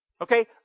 Okay